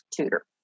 tutor